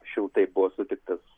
šiltai buvo sutiktas